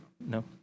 no